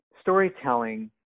storytelling